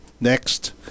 next